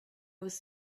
was